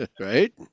Right